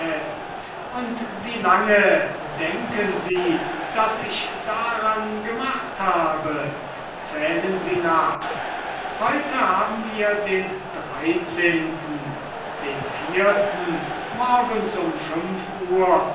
und wie lange denken sie daß ich daran gemacht habe zählen sie nach heute haben wir den dreizehnten den vierten morgens um fünf uhr